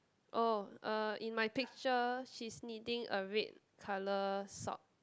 oh uh in my picture she is knitting a red colour sock